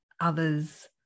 others